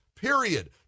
Period